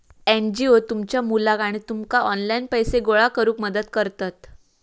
NGO तुमच्या मुलाक आणि तुमका ऑनलाइन पैसे गोळा करूक मदत करतत